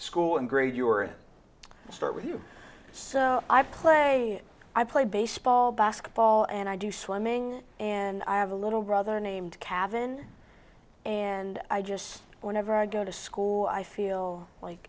school and grade your start with you so i play i play baseball basketball and i do swimming and i have a little brother named kavin and i just whenever i go to school i feel like